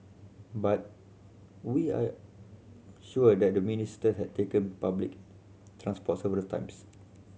but we are sure that the Minister had taken public transport several times